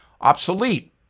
obsolete